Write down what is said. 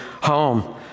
home